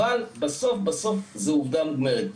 אבל בסוף זו עובדה מוגמרת.